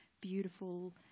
beautiful